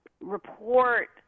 report